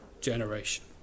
generation